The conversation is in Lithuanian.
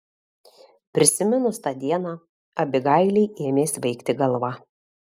prisiminus tą dieną abigailei ėmė svaigti galva